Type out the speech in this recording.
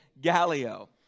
Galileo